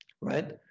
Right